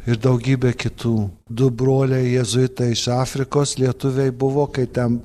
ir daugybė kitų du broliai jėzuitai iš afrikos lietuviai buvo kai ten